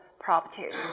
properties